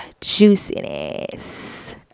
juiciness